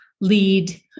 lead